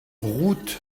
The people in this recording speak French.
route